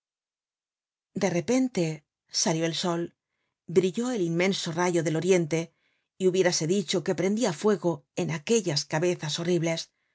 de repente salió el sol brilló el inmenso rayo del oriente y hubiérase dicho que prendia fuego en aquellas cabezas horribles